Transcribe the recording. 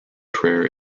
prayer